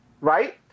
right